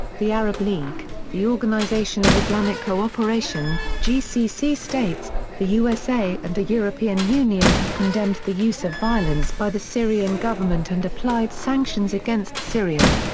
the arab league, the organisation of islamic cooperation, gcc states, the usa and the european union have condemned the use of violence by the syrian government and applied sanctions against syria.